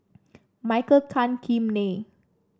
Michael Tan Kim Nei